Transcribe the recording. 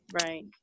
Right